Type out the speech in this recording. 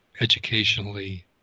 educationally